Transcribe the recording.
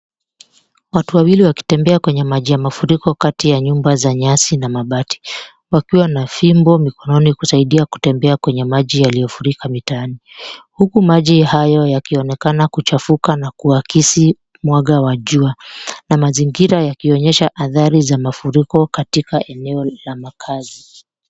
Watu wawili wakitembea kwenye maji ya mafuriko kati ya nyumba za nyasi na mabati, wakiwa na fimbo mikononi kusaidia kutembea kwenye maji yaliyofurika mitaani. Huku maji hayo yakionekana kuchafuka na kuakisi mwanga wa jua na mazingira yakionyesha athari za mafuriko katika eneo la makaazi.